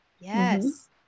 Yes